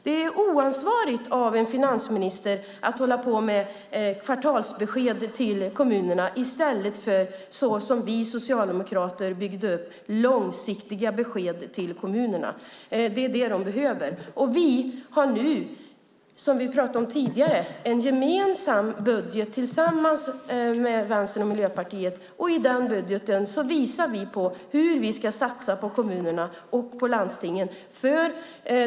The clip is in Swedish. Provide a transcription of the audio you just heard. Det är oansvarigt av en finansminister att komma med kvartalsbesked till kommunerna i stället för att göra som vi socialdemokrater gjorde, ge långsiktiga besked till kommunerna. Det är vad de behöver. Vi har nu, som jag nämnde tidigare, en gemensam budget med Vänsterpartiet och Miljöpartiet. Där visar vi hur vi ska satsa på kommunerna och landstingen.